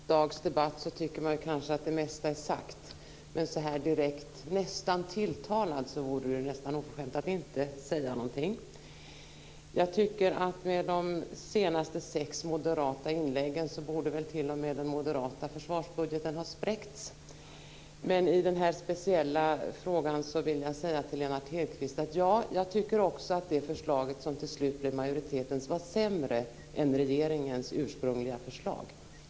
Fru talman! Efter en lång dags debatt tycker man kanske att det mesta är sagt. Men eftersom jag blev nästan tilltalad vore det direkt oförskämt att inte säga någonting. Med de sex senaste moderata inläggen borde väl t.o.m. den moderata försvarsbudgeten ha spräckts. Men i den här speciella frågan vill jag säga till Lennart Hedquist att också jag tycker att det förslag som till sist blev majoritetens var sämre än regeringens ursprungliga förslag.